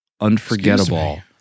Unforgettable